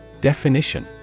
Definition